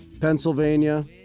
Pennsylvania